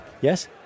Yes